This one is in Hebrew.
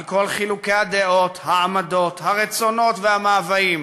על כל חילוקי הדעות, העמדות, הרצונות והמאוויים